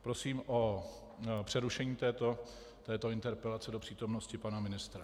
Prosím o přerušení této interpelace do přítomnosti pana ministra.